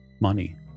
money